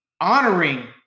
honoring